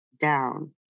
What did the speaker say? down